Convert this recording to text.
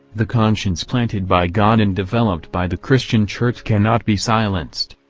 the conscience planted by god and developed by the christian church cannot be silenced.